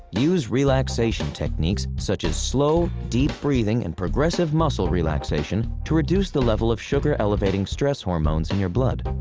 use relaxation techniques, such as slow, deep breathing and progressive muscle relaxation, to reduce the level of sugar-elevating stress hormones in your blood.